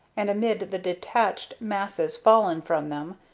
and amid the detached masses fallen from them,